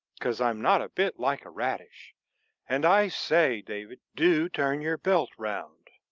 because i'm not a bit like a radish and i say, david, do turn your belt round.